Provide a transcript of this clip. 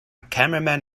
cameraman